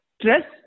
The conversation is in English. stress